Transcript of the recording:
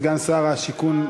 סגן שר השיכון,